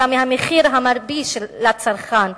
אלא מהמחיר המרבי לצרכן,